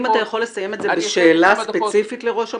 אם אתה יכול לסיים בשאלה ספציפית לראש המל"ל,